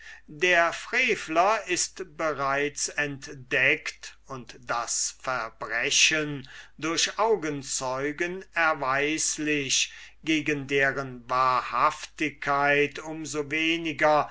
der frevler ist bereits entdeckt und das verbrechen durch augenzeugen erweislich gegen deren wahrhaftigkeit um so weniger